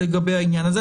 העניין הזה.